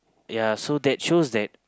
ya so that shows that